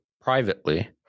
privately